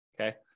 okay